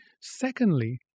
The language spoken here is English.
Secondly